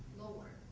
lower,